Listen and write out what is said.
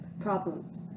problems